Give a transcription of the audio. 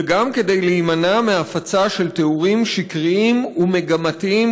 וגם כדי להימנע מהפצה של תיאורים שקריים ומגמתיים,